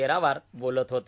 येरावर बोलत होते